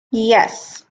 yes